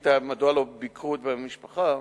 בשאילתא מדוע לא ביקרו אצל המשפחה.